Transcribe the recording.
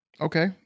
Okay